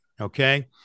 Okay